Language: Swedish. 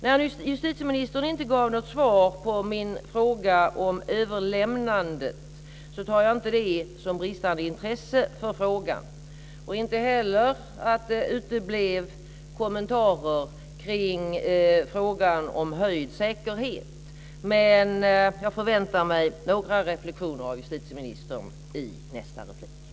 Att justitieministern inte gav något svar på min fråga om överlämnandet tar jag inte som bristande intresse för frågan, och inte heller att det uteblev kommentarer kring frågan om höjd säkerhet. Men jag förväntar mig några reflexioner av justitieministern i nästa replik.